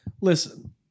listen